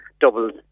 doubles